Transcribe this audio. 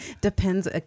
Depends